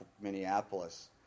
Minneapolis